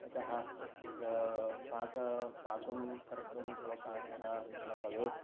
यतः तत्र पाकः पाकं कर्तुम् अवकाशः न भवेत्